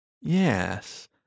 yes